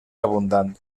abundant